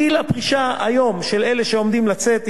היום גיל הפרישה של אלה שעומדים לצאת,